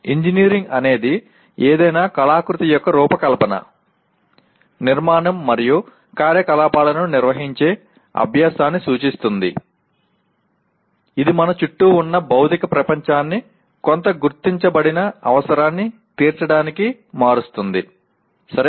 engineering అనేది ఏదైనా కళాకృతి యొక్క రూపకల్పన నిర్మాణం మరియు కార్యకలాపాలను నిర్వహించే అభ్యాసాన్ని సూచిస్తుంది ఇది మన చుట్టూ ఉన్న భౌతిక ప్రపంచాన్ని కొంత గుర్తించబడిన అవసరాన్ని తీర్చడానికి మారుస్తుంది సరే